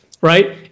right